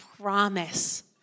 promise